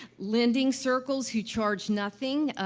lending circles who charge nothing. ah,